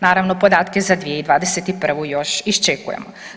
Naravno, podatke za 2021. još iščekujemo.